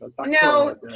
No